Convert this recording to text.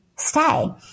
stay